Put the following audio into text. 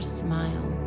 smile